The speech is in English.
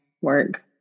work